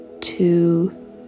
two